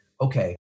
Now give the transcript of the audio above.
Okay